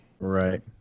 Right